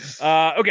Okay